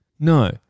No